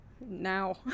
now